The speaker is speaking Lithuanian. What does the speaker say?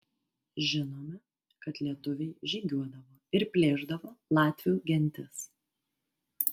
žinome kad lietuviai žygiuodavo ir plėšdavo latvių gentis